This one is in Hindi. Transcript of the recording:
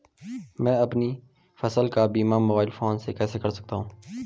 मैं अपनी फसल का बीमा मोबाइल फोन से कैसे कर सकता हूँ?